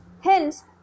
Hence